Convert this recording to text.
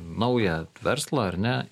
naują verslą ar ne